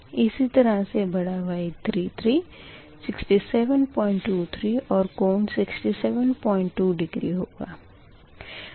इसी तरह से बड़ा Y33 6723 और कोण 672 डिग्री होगा